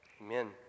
Amen